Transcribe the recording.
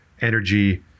energy